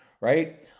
right